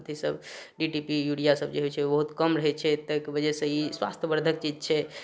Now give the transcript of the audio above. अथीसब D T P यूरिआसब जे होइ छै ओ बहुत कम रहै छै ताहिके वजहसँ ई स्वास्थ्यवर्धक चीज छै